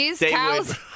cows